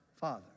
father